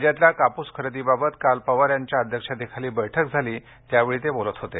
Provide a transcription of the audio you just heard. राज्यातल्या काप्स खरेदीबाबत काल पवार यांच्या अध्यक्षतेखाली बैठक झाली त्यावेळी ते बोलत होते